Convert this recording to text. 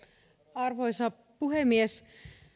arvoisa puhemies